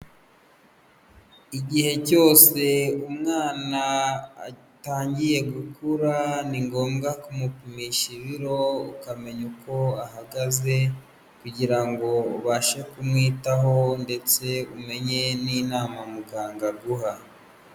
Igihe cyose umwana atangiye gukura, ni ngombwa kumupimisha ibiro ukamenya uko ahagaze kugira ngo ubashe kumwitaho ndetse umenye n'inama muganga aguha.